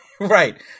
Right